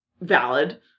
valid